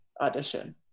audition